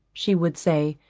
she would say,